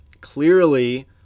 clearly